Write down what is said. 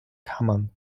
kammern